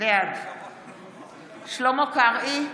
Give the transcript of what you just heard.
בעד שלמה קרעי,